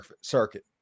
circuit